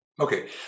Okay